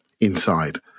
inside